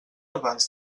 abans